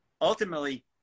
ultimately